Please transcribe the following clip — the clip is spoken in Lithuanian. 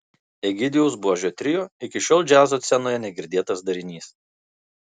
egidijaus buožio trio iki šiol džiazo scenoje negirdėtas darinys